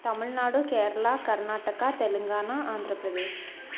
Tamil Nadu Kerala Karnataka Telangana Andhra Pradesh